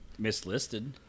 mislisted